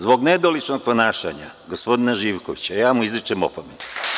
Zbog nedoličnog ponašanja gospodina Živkovića, ja mu izričem opomenu.